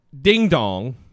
ding-dong